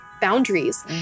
boundaries